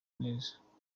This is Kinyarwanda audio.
neza